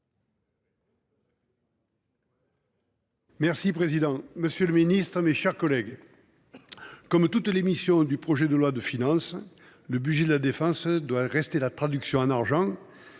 le président, monsieur le ministre, mes chers collègues, comme toutes les missions du projet de loi de finances, le budget de la défense, doit rester la traduction en argent,